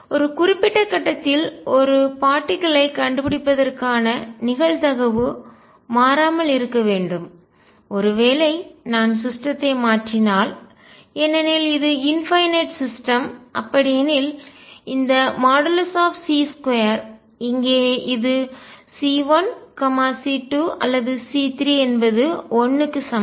ஒரு குறிப்பிட்ட கட்டத்தில் ஒரு பார்ட்டிக்கல் லை துகள் கண்டுபிடிப்பதற்கான நிகழ்தகவு மாறாமல் இருக்க வேண்டும்ஒருவேளை நான் சிஸ்டத்தை அமைப்புகள் மாற்றினால் ஏனெனில் இது இன்பைன்நட் எல்லையற்ற சிஸ்டம் அமைப்புகள்அப்படியெனில் இந்த C2 இங்கே இது C1 C2 அல்லது C3 என்பது 1 க்கு சமம்